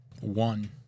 One